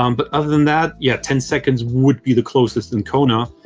um but other than that, yeah ten seconds would be the closest in kona.